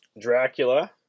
Dracula